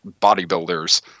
bodybuilders